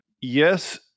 yes